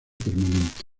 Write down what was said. permanente